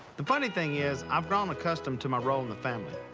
the funny thing is i've grown um accustomed to my role in the family.